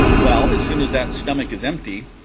well as soon as that stomach is empty